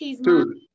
Dude